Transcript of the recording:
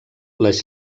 les